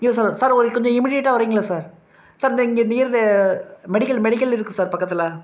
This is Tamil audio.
இல்லை சார் சார் ஒரு கொஞ்சம் இம்மீடியட்டாக வர்றீங்களா சார் சார் இந்த இங்கே நியர் த மெடிக்கல் மெடிக்கல் இருக்கு சார் பக்கத்தில்